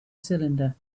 cylinder